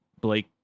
Blake